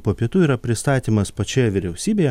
po pietų yra pristatymas pačioje vyriausybėje